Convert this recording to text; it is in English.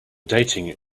dating